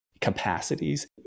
capacities